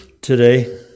today